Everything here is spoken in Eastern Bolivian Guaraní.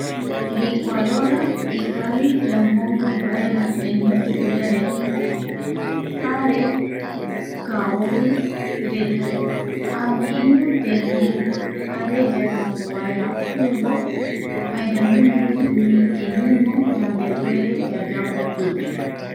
Licuadora ikavi yambongui vaera temiti iareta, jare kaovireta ani iru tembiu jare yayapo vaera jugo jaeramiñovi mitimimo yandepuere yayapo pipe.